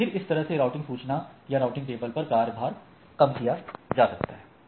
और फिर इस तरह से राउटिंग सूचना या राउटिंग टेबल पर कार्यभार कम किया जा सकता है